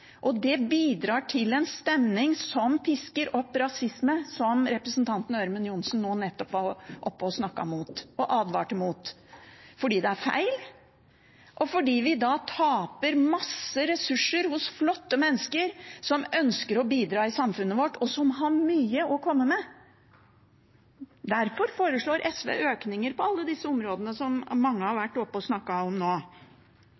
og alle andre hører det. Det bidrar til en stemning som pisker opp rasisme, som representanten Ørmen Johnsen nå nettopp var oppe og advarte mot – fordi det er feil, og fordi vi da taper masse ressurser hos flotte mennesker som ønsker å bidra i samfunnet vårt, og som har mye å komme med. Derfor foreslår SV økninger på alle de områdene som mange har vært oppe og snakket om nå.